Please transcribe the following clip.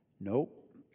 Nope